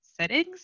settings